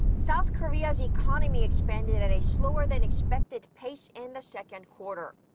south korea's economy expanded at a slower than expected pace in the second quarter.